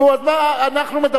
נו, אז מה אנחנו מדברים?